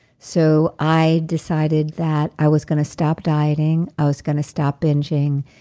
so i decided that i was going to stop dieting. i was going to stop binging.